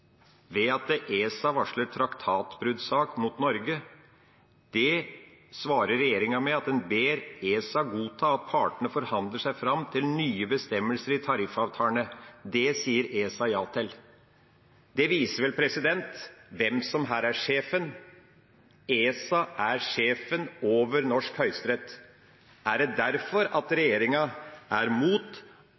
ved at ESA varslet traktatbruddsak mot Norge. Det besvarer regjeringa med at de ber ESA godta at partene forhandler seg fram til nye bestemmelser i tariffavtalene. Det sier ESA ja til. Det viser vel hvem som her er sjefen. ESA er sjefen over norsk Høyesterett. Er det derfor regjeringa er